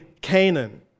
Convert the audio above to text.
Canaan